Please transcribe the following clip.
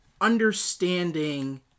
understanding